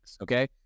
Okay